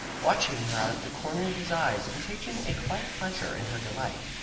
watching her out of the corner of his eyes, and taking a quiet pleasure in her delight.